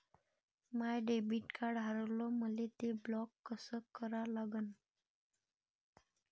माय debit card हारवलं, मले ते ब्लॉक कस करा लागन?